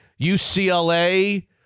UCLA